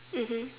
mmhmm